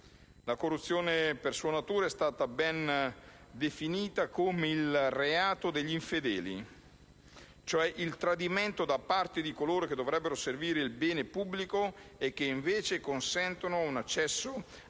La corruzione, per sua natura, è stata ben definita come il reato degli infedeli, cioè il tradimento da parte di coloro che dovrebbero servire il bene pubblico e che invece consentono un accesso